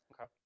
Okay